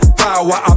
power